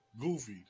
Goofy